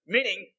Meaning